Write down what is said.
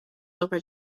over